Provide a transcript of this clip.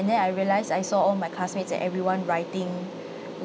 and then I realise I saw all my classmates and everyone writing